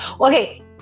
okay